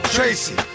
Tracy